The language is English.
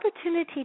opportunity